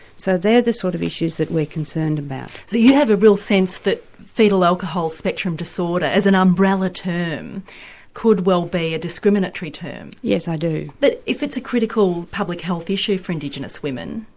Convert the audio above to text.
so they are the sort of issues that we're concerned about. so you have a real sense that foetal alcohol spectrum disorder as an umbrella term could well be a discriminatory term? yes, i do. but if it's a critical public health issue for indigenous women,